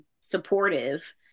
supportive